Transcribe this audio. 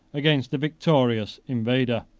against a victorious invader.